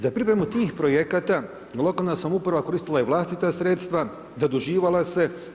Za pripremu tih projekata lokalna samouprava koristila je vlastita sredstva, zaduživala se.